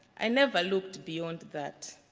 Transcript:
i never looked beyond that.